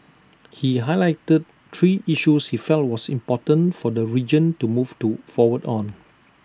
he highlighted three issues he felt was important for the region to move to forward on